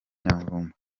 nyamvumba